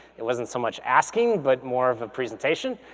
it wasn't so much asking, but more of a presentation.